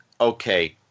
Okay